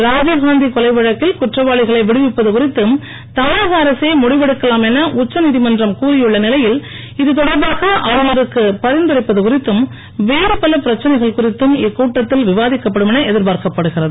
ராஜீவ் காந்தி கொலை வழக்கில் குற்றவாளிகளை விடுவிப்பது குறித்து தமிழக அரசே முடிவெடுக்கலாம் என உச்ச நீதிமன்றம் கூறியுள்ள நிலையில் இது தொடர்பாக ஆளுநருக்கு பரிந்துரைப்பது குறித்தும் வேறு பல பிரச்சனைகள் குறித்தும் இக்கூட்டத்தில் விவாதிக்கப்படும் என எதிர்பார்க்கப்படுகிறது